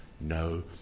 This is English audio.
no